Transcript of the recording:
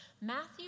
Matthew